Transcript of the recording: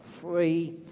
free